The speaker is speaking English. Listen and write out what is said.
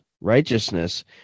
righteousness